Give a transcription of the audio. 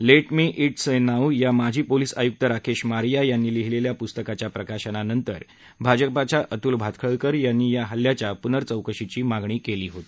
late me the say now या माजी police आयूक्त राकेश मारिया यांनी लिहिलेल्या पुस्तकाच्या प्रकाशनानंतर भाजपाच्या अतुल भातखळकर यांना या हल्ल्याच्या पुनचौकशी मागणी केली होती